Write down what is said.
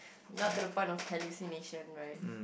not to the point of hallucination right